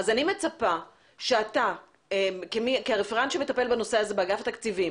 -- אז אני מצפה שאתה כרפרנט שמטפל בנושא הזה באגף התקציבים